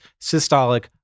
systolic